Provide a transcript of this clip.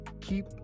keep